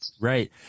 Right